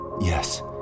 Yes